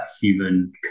human